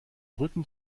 rücken